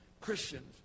Christians